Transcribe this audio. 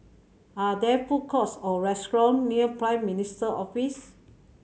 are there food courts or restaurant near Prime Minister's Office